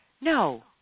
No